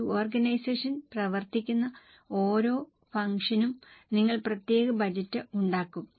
ഒരു ഓർഗനൈസേഷൻ പ്രവർത്തിക്കുന്ന ഓരോ ഫംഗ്ഷനും നിങ്ങൾ പ്രത്യേക ബജറ്റ് ഉണ്ടാക്കും